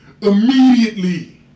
immediately